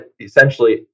essentially